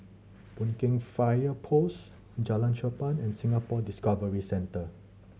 Boon Keng Fire Post Jalan Cherpen and Singapore Discovery Centre